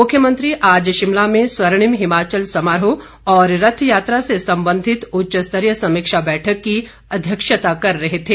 मुख्यमंत्री आज शिमला में स्वर्णिम हिमाचल समारोह और रथ यात्रा से संबंधित उच्च स्तरीय समीक्षा बैठक की अध्यक्षता कर रहे थे